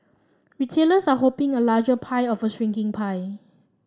retailers are hoping a larger pie of a shrinking pie